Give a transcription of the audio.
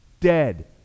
Dead